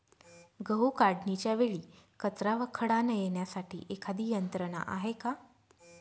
गहू काढणीच्या वेळी कचरा व खडा न येण्यासाठी एखादी यंत्रणा आहे का?